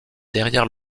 derrière